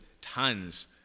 tons